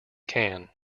can